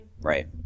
right